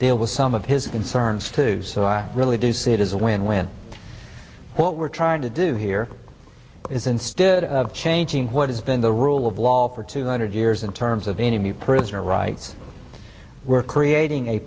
deal with some of his concerns too so i really do see it as a win win what we're trying to do here is instead of changing what has been the rule of law for two hundred years in terms of enemy prisoner rights we're creating a